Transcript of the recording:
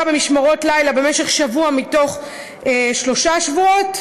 במשמרות לילה במשך שבוע מתוך שלושה שבועות,